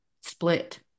split